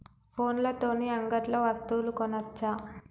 ఫోన్ల తోని అంగట్లో వస్తువులు కొనచ్చా?